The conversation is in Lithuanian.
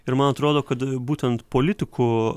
ir man atrodo kad būtent politikų